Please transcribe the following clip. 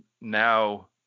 now